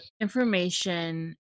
information